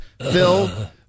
Phil